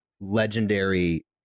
legendary